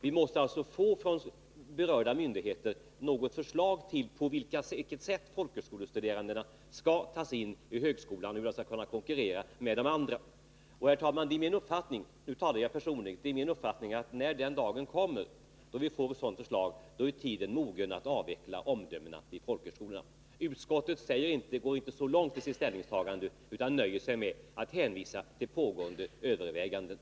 Vi måste alltså från berörda myndigheter få något förslag om på vilket sätt högskolestuderandena skall tas in vid högskolan och hur de skall kunna konkurrera med andra sökande. Herr talman! Det är min uppfattning — och nu talar jag för min personliga del— att när den dagen kommer då vi får ett sådant förslag, då är tiden mogen att avveckla studieomdömena vid folkhögskolan. Utskottet går inte så långt i sitt ställningstagande utan nöjer sig med att hänvisa till pågående överväganden.